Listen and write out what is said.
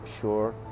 sure